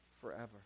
forever